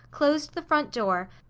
closed the front door,